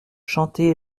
chanter